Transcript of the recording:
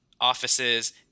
offices